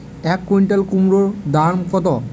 এক কুইন্টাল কুমোড় দাম কত?